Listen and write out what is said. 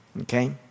okay